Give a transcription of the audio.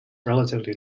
relatively